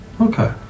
okay